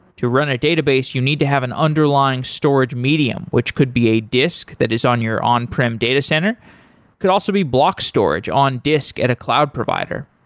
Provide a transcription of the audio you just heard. to run a database, you need to have an underlying storage medium, which could be a disk that is on your on prem data center. it could also be block storage on disk at a cloud provider.